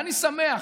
ואני שמח,